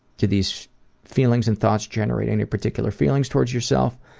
do these feelings and thoughts generating any particular feelings toward yourself?